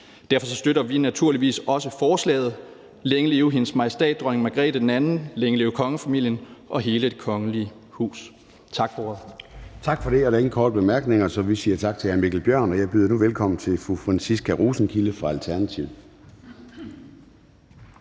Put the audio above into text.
Derfor støtter vi naturligvis også forslaget. Længe leve hendes majestæt dronning Margrethe 2. Længe leve kongefamilien og hele det kongelige hus. Tak for ordet. Kl. 13:20 Formanden (Søren Gade): Tak for det. Der er ingen korte bemærkninger, så vi siger tak til hr. Mikkel Bjørn. Og jeg byder nu velkommen til fru Franciska Rosenkilde fra Alternativet.